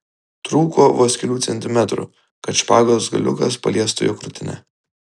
trūko vos kelių centimetrų kad špagos galiukas paliestų jo krūtinę